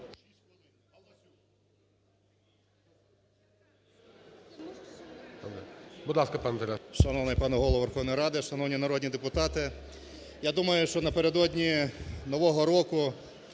Шановний пане Голово Верховної Ради! Шановні народні депутати! Я думаю, що напередодні нового року,